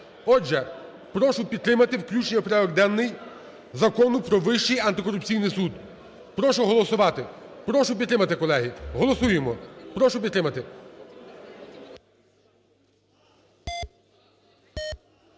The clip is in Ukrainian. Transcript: Отже, прошу підтримати включення в порядок денний Закону про Вищий антикорупційний суд. Прошу голосувати. Прошу підтримати, колеги. Голосуємо, прошу підтримати.